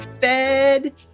fed